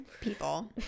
people